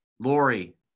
Lori